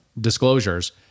disclosures